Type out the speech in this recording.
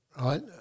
right